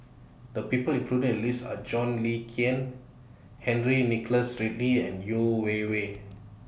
The People included in The list Are John Le Cain Henry Nicholas Ridley and Yeo Wei Wei